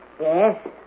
Yes